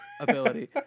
ability